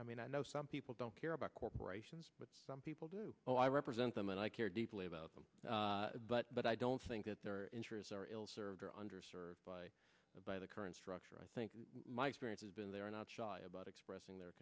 i mean i know some people don't care about corporations but some people do oh i represent them and i care deeply about them but i don't think that their interests are ill served or under served by the by the current structure i think my experience has been they are not shy about expressing their